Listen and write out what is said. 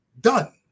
Done